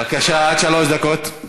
בבקשה, עד שלוש דקות.